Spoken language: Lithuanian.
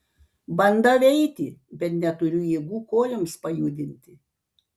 bandau eiti bet neturiu jėgų kojoms pajudinti